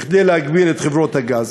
כדי להגביל את חברות הגז?